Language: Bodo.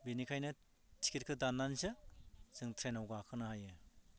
बिनिखायनो टिकेटखौ दान्नानैसो जों ट्रेनाव गाखोनो हायो